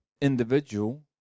individual